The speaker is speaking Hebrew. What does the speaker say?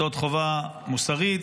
זאת חובה מוסרית,